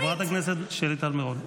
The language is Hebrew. חברת הכנסת שלי טל מירון,